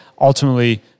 ultimately